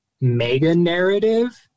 mega-narrative